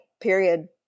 period